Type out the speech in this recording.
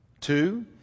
Two